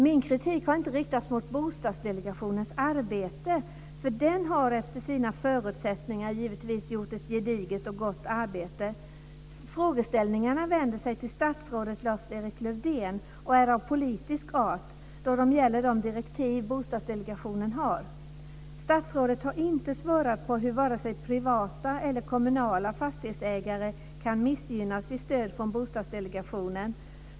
Min kritik riktas inte mot Bostadsdelegationens arbete. Den har givetvis gjort ett gediget och gott arbete efter sina förutsättningar. Frågeställningarna vänder sig till statsrådet Lars-Erik Lövdén och är av politisk art, då de gäller de direktiv Bostadsdelegationen har. Statsrådet har inte svarat på hur vare sig privata eller kommunala fastighetsägare kan missgynnas vid stöd från Bostadsdelegationen.